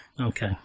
Okay